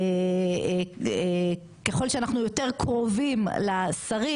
ככל שאנחנו יותר קרובים לשרים,